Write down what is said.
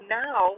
now